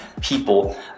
people